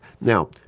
Now